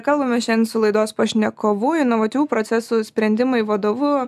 kalbamės šian su laidos pašnekovu inovatyvių procesų sprendimai vadovu